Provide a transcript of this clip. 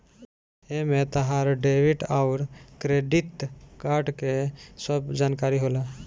एमे तहार डेबिट अउर क्रेडित कार्ड के सब जानकारी होला